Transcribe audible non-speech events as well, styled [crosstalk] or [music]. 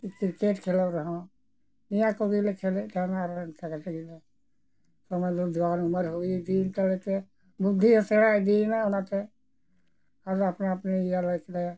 cricket ᱠᱷᱮᱞᱳᱰ ᱨᱮᱦᱚᱸ ᱱᱤᱭᱟᱹ ᱠᱚᱜᱮ ᱞᱮ ᱠᱷᱮᱞᱮᱫ ᱛᱟᱦᱮᱱᱟ ᱟᱨ ᱤᱱᱠᱟᱹ ᱠᱟᱛᱮ ᱜᱮ [unintelligible] ᱩᱢᱮᱨ ᱦᱩᱭ ᱤᱫᱤᱭᱮᱱ ᱛᱟᱞᱮ ᱛᱮ ᱵᱩᱫᱽᱫᱷᱤ ᱦᱚᱸ ᱥᱮᱬᱟ ᱤᱫᱤᱭᱮᱱᱟ ᱟᱫᱚ ᱟᱯᱟᱱ ᱟᱹᱯᱤᱱ ᱤᱭᱟᱹ [unintelligible]